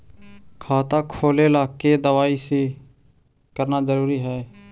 खाता खोले ला के दवाई सी करना जरूरी है?